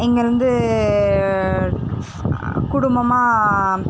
இங்கே இருந்து குடும்பமாக